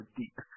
deep